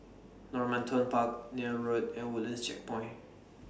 Normanton Park Neil Road and Woodlands Checkpoint